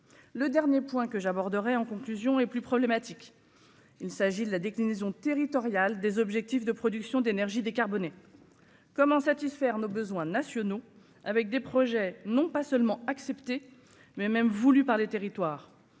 le dernier point que j'aborderai en conclusion est plus problématique, il s'agit de la déclinaison territoriale des objectifs de production d'énergies décarbonnées comment satisfaire nos besoins nationaux avec des projets non pas seulement acceptée mais même voulu par les territoires